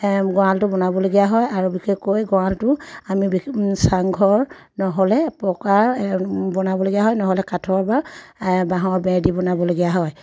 গঁৰালটো বনাবলগীয়া হয় আৰু বিশেষকৈ গঁৰালটো আমি চাংঘৰ নহ'লে পকা বনাবলগীয়া হয় নহ'লে কাঠৰ বা বাঁহৰ বেৰদি বনাবলগীয়া হয়